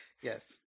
Yes